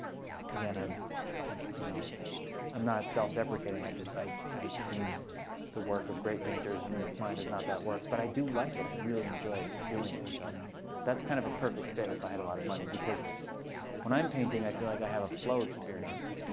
again, i'm you know i'm not self-deprecating. i've just i've seen the work of great painters. and mine is not that work. but i do like it. i really enjoy doing it. so that's kind of a perfect fit if i had a lot of money, because when i'm painting, i feel like i have a flow experience.